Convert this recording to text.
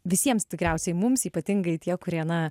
visiems tikriausiai mums ypatingai tie kurie na